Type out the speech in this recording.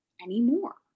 anymore